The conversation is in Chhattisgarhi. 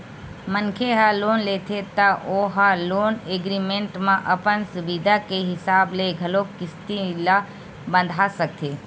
मनखे ह लोन लेथे त ओ ह लोन एग्रीमेंट म अपन सुबिधा के हिसाब ले घलोक किस्ती ल बंधा सकथे